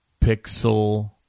Pixel